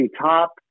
Top